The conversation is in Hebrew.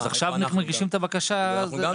אז עכשיו אנחנו מגישים את הבקשה ועכשיו